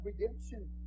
redemption